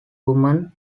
woman